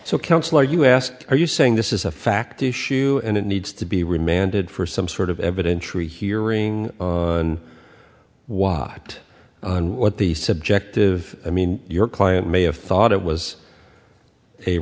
so counselor you asked are you saying this is a fact issue and it needs to be remanded for some sort of evidentiary hearing and walked on what the subjective i mean your client may have thought it was a